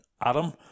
Adam